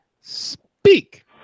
speak